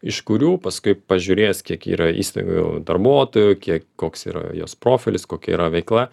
iš kurių paskui pažiūrės kiek yra įstaigoj darbuotojų kiek koks yra jos profilis kokia yra veikla